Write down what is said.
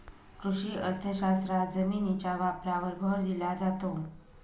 कृषी अर्थशास्त्रात जमिनीच्या वापरावर भर दिला जातो